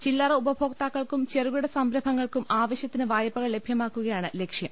ചില്ലറ ഉപഭോക്താക്കൾക്കും ചെറുകിട സംരം ഭങ്ങൾക്കും ആവശ്യത്തിന് വായ്പകൾ ലഭ്യമാക്കുകയാണ് ലക്ഷ്യം